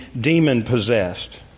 demon-possessed